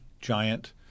giant